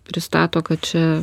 pristato kad čia